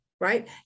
right